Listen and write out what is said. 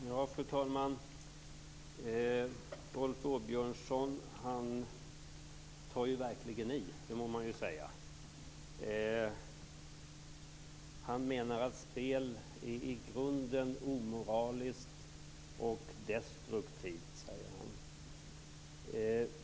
Fru talman! Rolf Åbjörnsson tar verkligen i. Det må man ju säga. Han menar att spel i grunden är omoraliskt och destruktivt.